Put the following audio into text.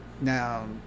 Now